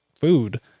food